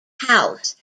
house